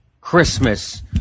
Christmas